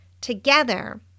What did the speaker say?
together